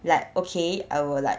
like okay I will like